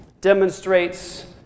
demonstrates